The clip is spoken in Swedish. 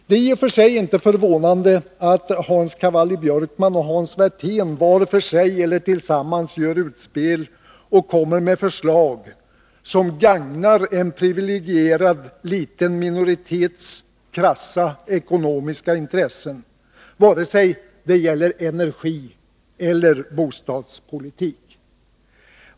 Det är i och för sig inte förvånande att Hans Cavalli-Björkman och Hans Werthén var för sig eller tillsammans gör utspel och kommer med förslag som gagnar en liten privilegierad minoritets krassa ekonomiska intressen, vare sig det gäller energieller bostadspolitik.